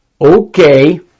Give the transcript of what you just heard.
okay